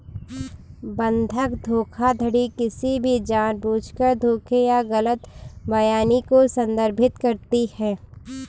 बंधक धोखाधड़ी किसी भी जानबूझकर धोखे या गलत बयानी को संदर्भित करती है